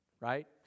right